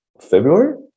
February